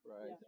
Right